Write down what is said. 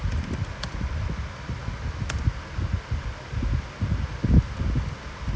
he asking me come his house like wednesday night to watch the menu player Z lah then I mean we can have fine good time but